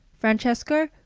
francesco,